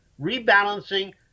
rebalancing